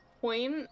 point